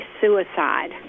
suicide